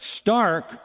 stark